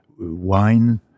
wine